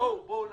בואו נחכה.